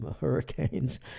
hurricanes